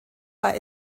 war